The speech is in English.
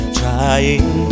trying